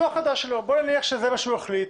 בואי נניח שזה מה שהוא יחליט,